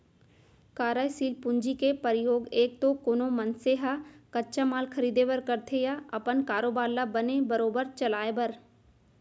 कारयसील पूंजी के परयोग एक तो कोनो मनसे ह कच्चा माल खरीदें बर करथे या अपन कारोबार ल बने बरोबर चलाय बर